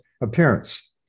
appearance